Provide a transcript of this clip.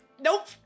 Nope